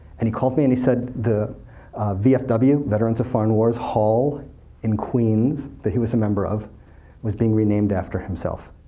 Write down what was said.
and he called me, and he said, the vfw veterans of foreign wars hall in queens, that he was a member of was being renamed after himself,